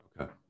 Okay